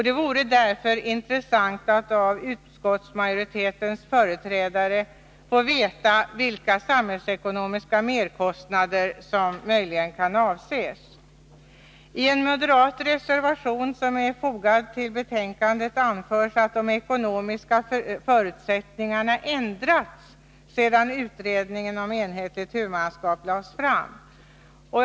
Det vore därför intressant att av utskottsmajoritetens företrädare få veta vilka samhällsekonomiska merkostnader som kan avses. I en moderat reservation som är fogad vid betänkandet anförs att de ekonomiska förutsättningarna har ändrats sedan utredningen om enhetligt huvudmannaskap lade fram sitt förslag.